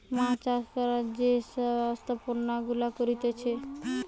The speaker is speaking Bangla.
মাছ চাষ করার যে সব ব্যবস্থাপনা গুলা করতিছে